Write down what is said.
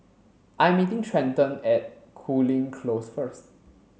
I'm meeting Trenton at Cooling Close first